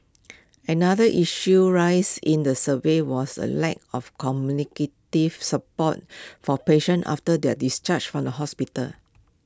another issue raised in the survey was the lack of communicative support for patients after their discharge from the hospital